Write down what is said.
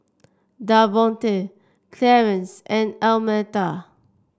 Davonte Clarence and Almeta